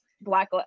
black